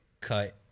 cut